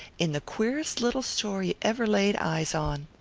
in the queerest little store you ever laid eyes on.